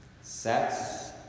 Sex